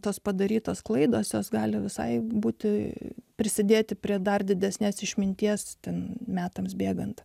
tos padarytos klaidos jos gali visai būti prisidėti prie dar didesnės išminties itin metams bėgant